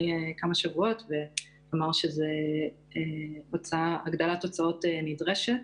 כמה שבועות ואמר שזו הגדלת הוצאות נדרשת,